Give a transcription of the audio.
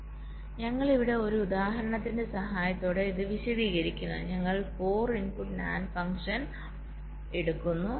അതിനാൽ ഞങ്ങൾ ഇവിടെ ഒരു ഉദാഹരണത്തിന്റെ സഹായത്തോടെ ഇത് വിശദീകരിക്കുന്നു ഞങ്ങൾ 4 ഇൻപുട്ട് NAND ഫംഗ്ഷൻ എടുക്കുന്നു